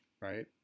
Right